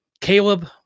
Caleb